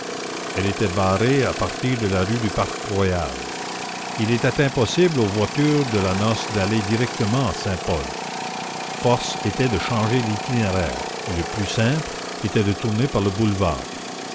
elle était barrée à partir de la rue du parc royal il était impossible aux voitures de la noce d'aller directement à saint-paul force était de changer l'itinéraire et le plus simple était de tourner par le boulevard